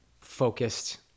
focused